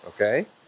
Okay